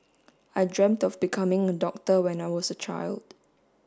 I dreamt of becoming a doctor when I was a child